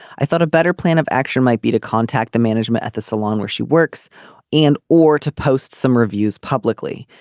i thought a better plan of action might be to contact the management at the salon where she works and or to post some reviews publicly.